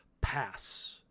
pass